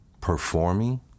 performing